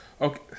Okay